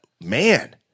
man